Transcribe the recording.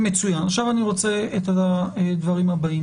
כולל הסוגיה של עובד ציבור-נבחר ציבור-נושא בתפקיד ציבורי.